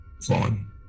Fine